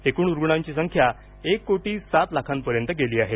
एकूण रुग्णांची संख्या एक कोटी सात लाखांपर्यंत गेली आहे